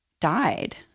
died